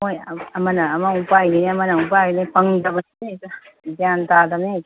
ꯍꯣꯏ ꯑꯃꯅ ꯑꯃꯃꯨꯛ ꯄꯥꯏꯅꯤ ꯑꯃꯅ ꯑꯃꯨꯛ ꯄꯥꯏꯅꯤ ꯐꯪꯗꯕꯁꯤꯅ ꯍꯦꯛꯇ ꯒ꯭ꯌꯥꯟ ꯇꯥꯗꯃꯅꯤ